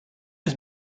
was